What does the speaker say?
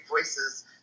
voices